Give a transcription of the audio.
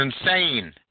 insane